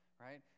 right